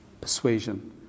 persuasion